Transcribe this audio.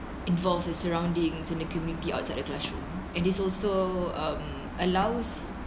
involves the surroundings in the community outside the classroom and this also um allows